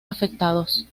afectados